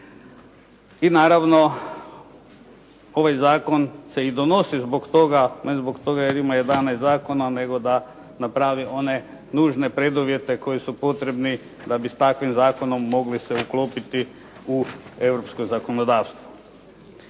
I naravno ovaj zakon se i donosi zbog toga, ne zbog toga jer ima 11 zakona nego da napravi one nužne preduvjete koji su potrebni da bi s takvim zakonom mogli se uklopiti u europsko zakonodavstvo.